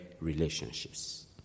relationships